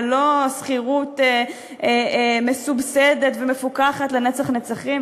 ולא שכירות מסובסדת ומפוקחת לנצח-נצחים,